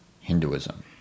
hinduism